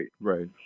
Right